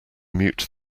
mute